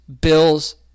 bills